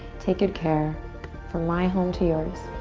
take good care from my home to yours.